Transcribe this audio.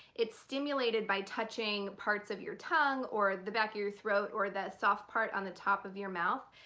it's stimulated by touching parts of your tongue or the back of your throat or the soft part on the top of your mouth.